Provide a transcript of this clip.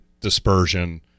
dispersion